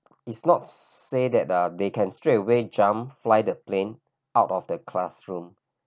it's not say that ah they can straight away jump fly the plane out of the classroom